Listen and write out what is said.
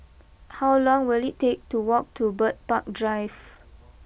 how long will it take to walk to Bird Park Drive